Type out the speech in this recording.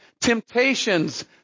temptations